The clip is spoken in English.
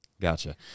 Gotcha